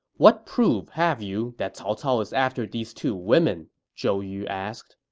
what proof have you that cao cao is after these two women? zhou yu asked